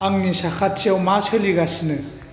आंनि साखाथियाव मा सोलिगासिनो